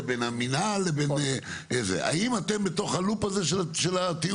לבין המינהל לבין --- האם אתם בתוך הלופ הזה של התיאום?